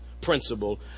principle